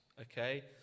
Okay